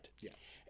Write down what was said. Yes